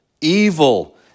evil